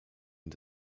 and